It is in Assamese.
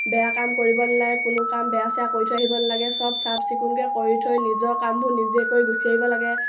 বেয়া কাম কৰিব নালাগে কোনো কাম বেয়া চেয়া কৰি থৈ আহিব নালাগে চব চাফচিকুণকৈ কৰি থৈ নিজৰ কামবোৰ নিজেকৈ গুচি আহিব লাগে